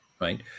right